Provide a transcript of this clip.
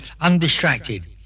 undistracted